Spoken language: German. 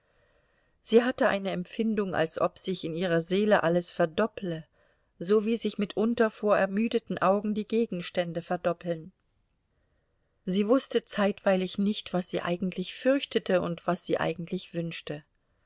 sie hatte eine empfindung als ob sich in ihrer seele alles verdoppele so wie sich mitunter vor ermüdeten augen die gegenstände verdoppeln sie wußte zeitweilig nicht was sie eigentlich fürchtete und was sie eigentlich wünschte